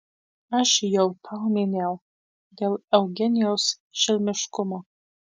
aš jau tau minėjau dėl eugenijaus šelmiškumo